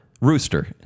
Rooster